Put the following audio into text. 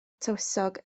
tywysog